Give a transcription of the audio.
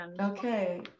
Okay